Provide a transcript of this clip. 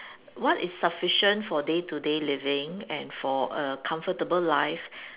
what is sufficient for day to day living and for a comfortable life